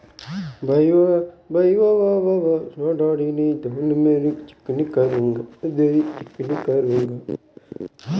ಹಣ urgent transfer ಮಾಡ್ವಾಗ server ಇಲ್ಲಾಂತ ಆದ್ರೆ ಮುಂದೆ ನಾವೆಂತ ಮಾಡ್ಬೇಕು?